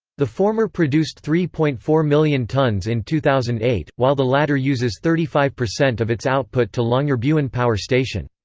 the former produced three point four million tonnes in two thousand and eight, while the latter uses thirty five percent of its output to longyearbyen power station.